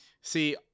See